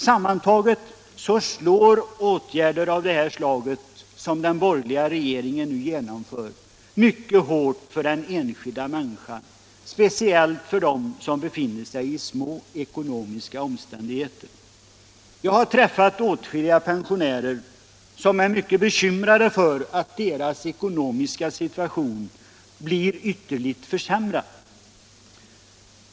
Sammantaget slår åtgärder av det slag som den borgerliga regeringen nu genomför mycket hårt mot den enskilda människan, speciellt mot dem som befinner sig i små ekonomiska omständigheter. Jag har träffat åtskilliga pensionärer, som är mycket bekymrade över att deras ekonomiska situation blir ytterligt försämrad.